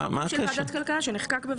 הבנתי שיו"ר ועדת הכלכלה הסכים.